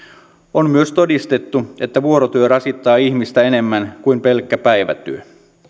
on myös todistettu että vuorotyö rasittaa ihmistä enemmän kuin pelkkä päivätyö